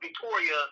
Victoria